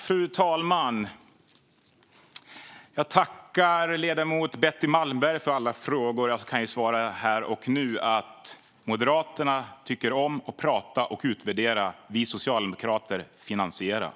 Fru talman! Jag tackar ledamoten Betty Malmberg för alla frågor. Jag kan svara här och nu att Moderaterna tycker om att prata och utvärdera, medan vi socialdemokrater finansierar.